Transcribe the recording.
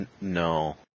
No